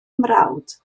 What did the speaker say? mrawd